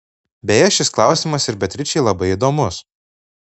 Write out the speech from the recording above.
beje šis klausimas ir beatričei labai įdomus